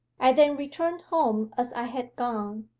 i then returned home as i had gone,